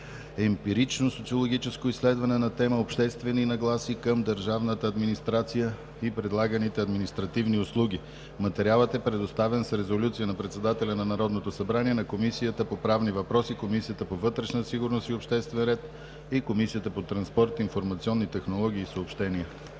емпирично, социологическо изследване на тема „Обществени нагласи към държавната администрация и предлаганите административни услуги“. Материалът е предоставен с резолюция на председателя на Народното събрание на Комисията по правни въпроси, на Комисията по вътрешна сигурност и обществен ред и на Комисията по транспорт, информационни технологии и съобщения.